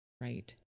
right